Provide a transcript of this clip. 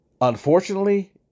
Unfortunately